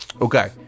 Okay